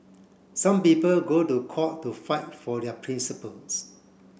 some people go to court to fight for their principles